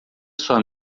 sua